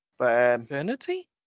Eternity